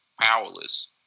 powerless